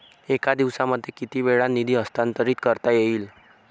एका दिवसामध्ये किती वेळा निधी हस्तांतरीत करता येईल?